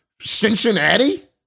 Cincinnati